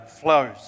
flows